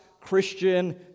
Christian